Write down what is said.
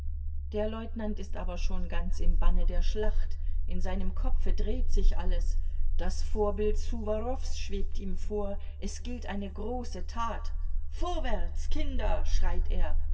der leutnant ist aber schon ganz im banne der schlacht in seinem kopfe dreht sich alles das vorbild ssuworows schwebt ihm vor es gilt eine große tat vorwärts kinder schreit er